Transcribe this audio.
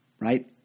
right